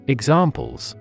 Examples